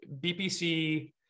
BPC